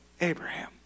Abraham